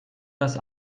das